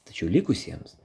tačiau likusiems